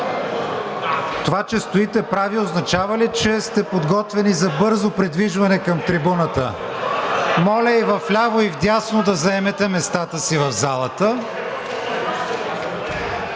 Това, че стоите прави, означава ли, че сте подготвени за бързо придвижване към трибуната? Моля и вляво, и вдясно да заемете местата си в залата!